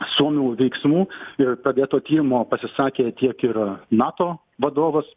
suomių veiksmų ir pradėto tyrimo pasisakė tiek ir nato vadovas